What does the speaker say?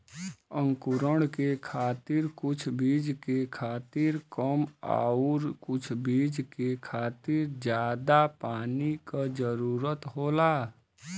अंकुरण के खातिर कुछ बीज के खातिर कम आउर कुछ बीज के खातिर जादा पानी क जरूरत होला